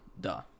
Duh